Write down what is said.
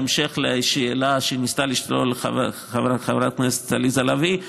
בהמשך לשאלה שניסתה לשאול חברת הכנסת עליזה לביא: